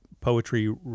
poetry